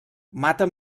mata